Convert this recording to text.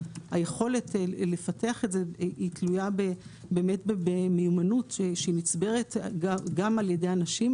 היכולת לפתח את זה היא תלויה באמת במיומנות שנצברת גם על ידי אנשים,